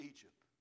Egypt